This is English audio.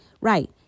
Right